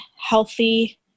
healthy